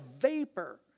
vapor